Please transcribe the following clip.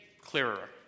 clearer